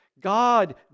God